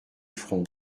front